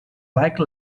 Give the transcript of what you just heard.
like